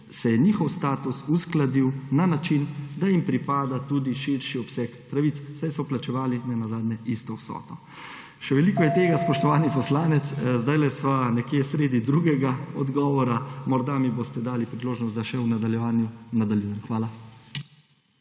njihov status uskladil na način, da jim pripada tudi širši obseg pravic, saj so plačevali nenazadnje isto vsoto. Še veliko je tega, spoštovani poslanec. Zdajle sva nekje sredi drugega odgovora, morda mi boste dali priložnost, da še v nadaljevanju nadaljujem. Hvala.